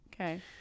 okay